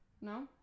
No